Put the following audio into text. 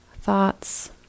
thoughts